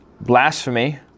blasphemy